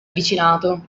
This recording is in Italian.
vicinato